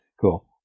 Cool